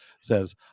says